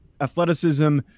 athleticism